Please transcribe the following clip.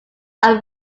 are